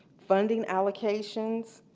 funding allocations,